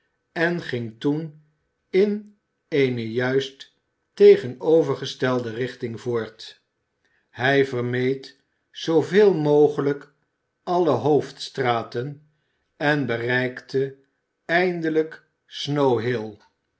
en ging toen in eene juist tegenovergestelde richting voort hij vermeed zooveel mogelijk alle hoofdstraten en bereikte eindelijk s